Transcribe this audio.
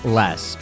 less